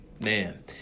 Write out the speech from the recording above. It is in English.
Man